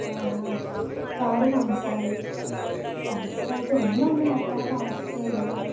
car പഞ്ചറായി പഞ്ചറായിട്ട് ഒന്നും ഒന്നും പറ്റാത്ത അവസ്ഥയായിരുന്നു